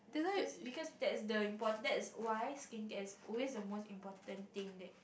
cause because that's the import~ that's why skincare is always the most important thing that